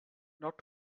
not